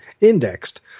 indexed